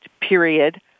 period